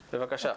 בבקשה.